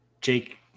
Jake